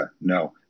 No